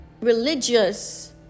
religious